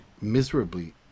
miserably